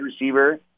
receiver